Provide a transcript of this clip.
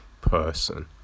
person